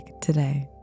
today